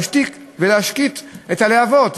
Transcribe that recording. ולהשתיק ולהשקיט את הלהבות.